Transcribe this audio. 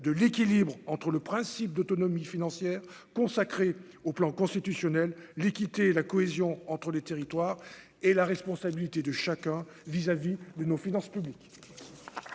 de l'équilibre entre le principe d'autonomie financière, consacré au plan constitutionnel l'équité et la cohésion entre les territoires et la responsabilité de chacun vis-à-vis de nos finances publiques.